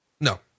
No